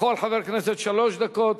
לכל חבר כנסת שלוש דקות.